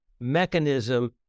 mechanism